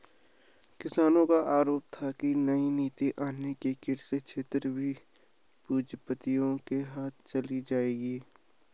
किसानो का आरोप था की नई नीति आने से कृषि क्षेत्र भी पूँजीपतियो के हाथ चली जाएगी